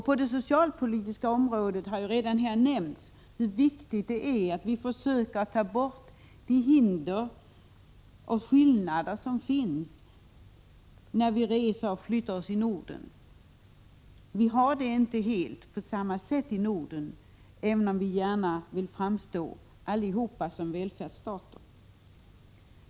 På det socialpolitiska området har det redan här nämnts hur viktigt det är att vi försöker ta bort de hinder och skillnader som finns när vi reser och flyttar inom Norden. Vi har det inte helt likvärdigt i Norden, även om vi gärna alla vill framstå som välfärdsstater.